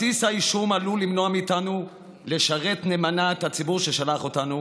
בסיס האישום עלול למנוע מאיתנו לשרת נאמנה את הציבור ששלח אותנו